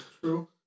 True